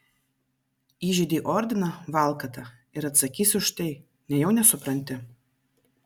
įžeidei ordiną valkata ir atsakysi už tai nejau nesupranti